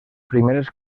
primeres